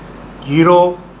zero